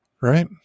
Right